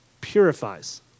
purifies